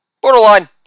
borderline